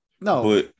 No